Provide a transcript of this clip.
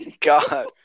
God